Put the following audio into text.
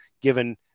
given